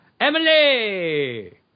Emily